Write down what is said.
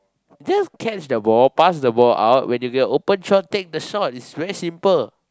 just catch the ball pass the ball out when you get a open shot take the shot it's very simple